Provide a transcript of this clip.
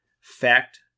fact